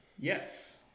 Yes